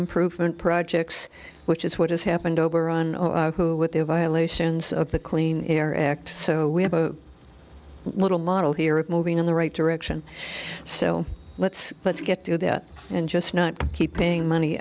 improvement projects which is what has happened over on oahu with their violations of the clean air act so we have a little model here of moving in the right direction so let's let's get to that and just not keeping money